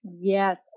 Yes